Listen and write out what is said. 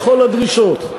בכל הדרישות.